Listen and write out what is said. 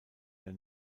der